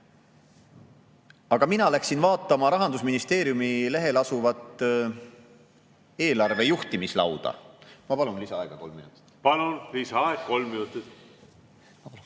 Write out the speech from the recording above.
Aga mina läksin vaatama Rahandusministeeriumi lehel asuvat eelarve juhtimislauda ... Ma palun lisaaega kolm minutit. Palun, lisaaeg kolm minutit!